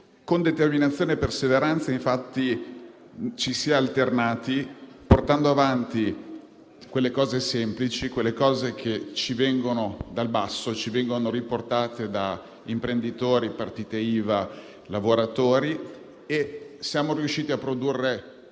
Con determinazione e perseveranza, infatti, ci si è alternati portando avanti quelle semplici richieste che vengono dal basso, riportate da imprenditori, partite IVA e lavoratori. Siamo riusciti a presentare